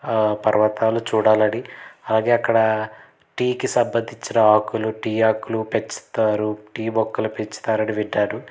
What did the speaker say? పర్వతాలు చూడాలని అలాగే అక్కడ టీ కి సంబంధించిన ఆకులు టీ ఆకులు పెంచుతారు టీ మొక్కలు పెంచుతారని విన్నాను